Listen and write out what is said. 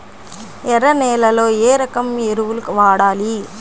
ఎర్ర నేలలో ఏ రకం ఎరువులు వాడాలి?